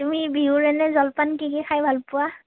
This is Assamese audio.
তুমি বিহুৰ এনেই জলপান কি কি খাই ভাল পোৱা